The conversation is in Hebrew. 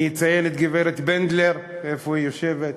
אני אציין את גברת בנדלר, איפה היא יושבת?